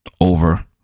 Over